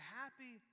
happy